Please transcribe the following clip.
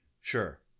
Sure